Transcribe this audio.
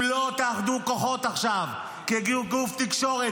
אם לא תאחדו עכשיו כוחות כגוף תקשורת